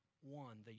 one